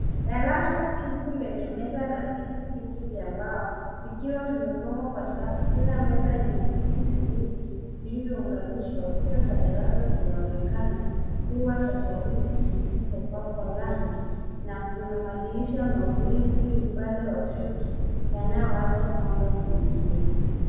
Darasa tupu lenye meza na viti vingi vya mbao vikiwa vimepangwa kwa safu. Kila meza ina viti viwili vilivyounganishwa. Kuta za darasa zinaonekana kuwa za saruji zisizopakwa rangi na kuna madirisha mawili upande wa kushoto panaowacha mwanga kuingia.